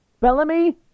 Bellamy